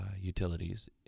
Utilities